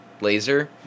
laser